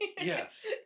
Yes